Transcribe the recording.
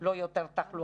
לא יותר.